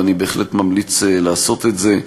ואני בהחלט ממליץ לעשות את זה.